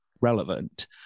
relevant